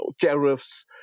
tariffs